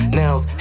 nails